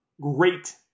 Great